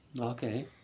Okay